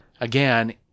Again